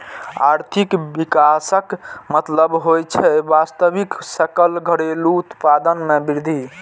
आर्थिक विकासक मतलब होइ छै वास्तविक सकल घरेलू उत्पाद मे वृद्धि